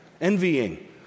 envying